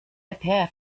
appear